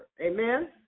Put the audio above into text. Amen